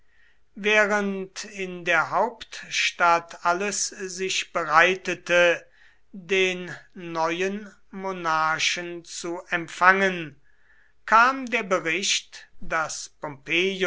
während in der hauptstadt alles sich bereitete den neuen monarchen zu empfangen kam der bericht daß pompeius